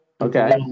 Okay